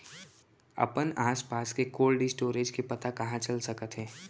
अपन आसपास के कोल्ड स्टोरेज के पता कहाँ चल सकत हे?